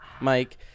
Mike